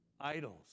idols